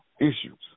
issues